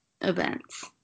events